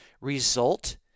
result